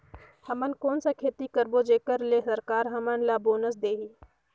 हमन कौन का खेती करबो जेकर से सरकार हमन ला बोनस देही?